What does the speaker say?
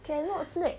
cannot snack